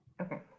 Okay